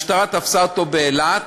והמשטרה תפסה אותו באילת,